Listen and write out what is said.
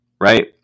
right